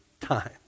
time